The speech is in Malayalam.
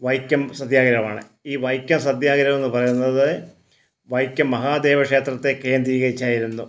വൈക്കം സത്യാഗ്രഹമാണ് ഈ വൈക്കം സത്യാഗ്രഹംന്ന് പറയുന്നത് വൈക്കം മഹാദേവക്ഷേത്രത്തെ കേന്ദ്രീകരിച്ചായിരുന്നു